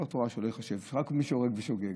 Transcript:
רק מי הורג בשוגג.